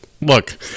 look